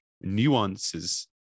nuances